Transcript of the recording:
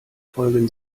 folgen